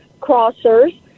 crossers